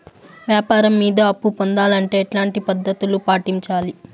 వ్యాపారం మీద అప్పు పొందాలంటే ఎట్లాంటి పద్ధతులు పాటించాలి?